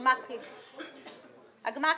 הגמ"חים,